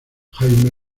jaime